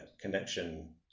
connection